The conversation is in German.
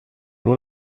nur